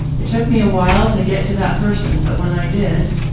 it took me a while to get to that person but when i did,